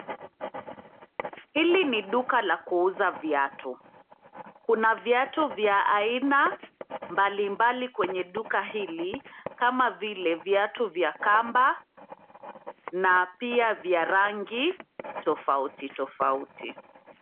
Hili ni duka la kuuza viatu. Kuna viatu vya aina mbalimbali kwenye duka hili kama vile viatu vya kamba na pia vya rangi tofauti tofauti.